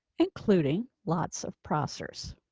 including lots of prossers.